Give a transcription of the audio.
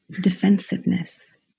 defensiveness